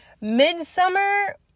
Midsummer